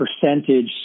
percentage